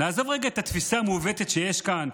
נעזוב רגע את התפיסה המעוותת שיש כאן,